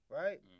right